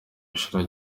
ishuri